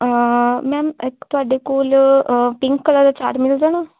ma'am ਇੱਕ ਤੁਹਾਡੇ ਕੋਲ ਪਿੰਕ ਕਲਰ ਦਾ ਚਾਟ ਮਿਲ ਜਾਣਾ